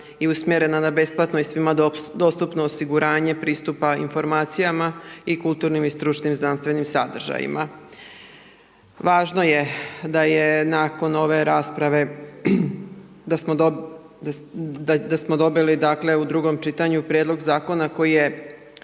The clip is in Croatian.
i usmjerena na besplatno i svima dostupno osiguranje pristupa informacijama i kulturnim i stručnim znanstvenim sadržajima. Važno je da je nakon ove rasprave, da smo dobili dakle u drugom čitanju prijedlog zakona koji je